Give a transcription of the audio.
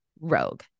rogue